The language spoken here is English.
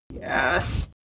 Yes